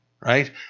Right